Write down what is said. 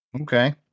Okay